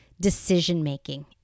Decision-making